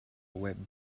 web